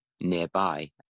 nearby